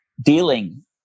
dealing